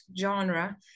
genre